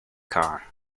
car